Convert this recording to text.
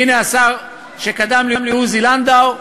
והנה השר שקדם לי, עוזי לנדאו,